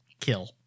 Kill